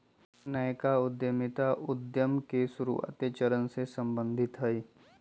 नयका उद्यमिता उद्यम के शुरुआते चरण से सम्बंधित हइ